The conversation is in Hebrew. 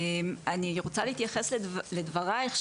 אני רוצה להתייחס לדברייך,